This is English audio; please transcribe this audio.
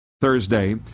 Thursday